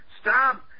stop